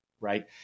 right